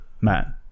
man